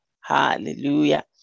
hallelujah